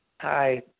Hi